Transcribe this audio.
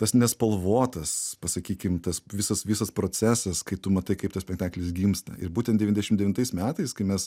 tas nespalvotas pasakykim tas visas visas procesas kai tu matai kaip tas spektaklis gimsta ir būtent devyniasdešimt devintais metais kai mes